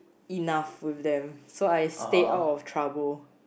enough for them so I stay out of trouble